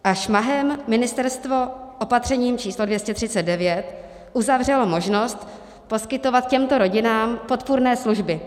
A šmahem ministerstvo opatřením číslo 239 uzavřelo možnost poskytovat těmto rodinám podpůrné služby.